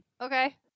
Okay